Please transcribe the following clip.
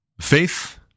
Faith